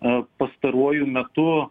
a pastaruoju metu